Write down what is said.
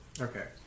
Okay